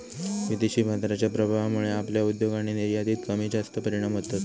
विदेशी बाजाराच्या प्रभावामुळे आपल्या उद्योग आणि निर्यातीत कमीजास्त परिणाम होतत